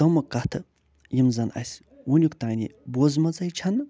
تِمہٕ کَتھٕ یِم زن اَسہِ وٕنیُک تانہِ بوٗزمژَے چھَنہٕ